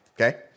Okay